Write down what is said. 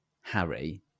Harry